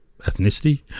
ethnicity